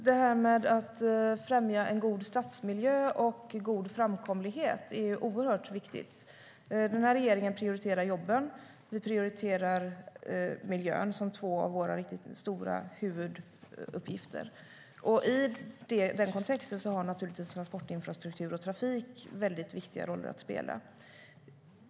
Herr talman! Att främja en god stadsmiljö och god framkomlighet är oerhört viktigt. Den här regeringen prioriterar jobben och miljön som två av våra riktigt stora huvuduppgifter. I den kontexten har naturligtvis transportinfrastruktur och trafik väldigt viktiga roller att spela.